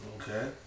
Okay